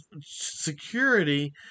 security